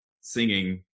singing